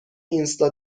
اینستا